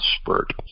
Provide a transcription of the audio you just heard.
spurt